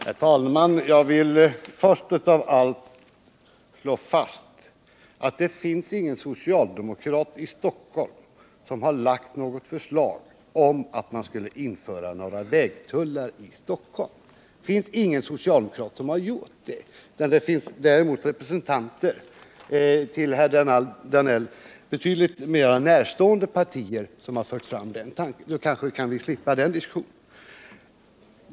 Herr talman! Jag vill först av allt slå fast att det inte finns någon socialdemokrat i Stockholm som har lagt fram något förslag om att man skall införa vägtullar i Stockholm. Det finns ingen socialdemokrat som har gjort det, men det finns däremot representanter för herr Danell betydligt mera närstående partier som har fört fram den tanken. — Nu kanske vi kan slippa den diskussionen.